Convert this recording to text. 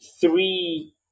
three